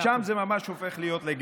מאה אחוז.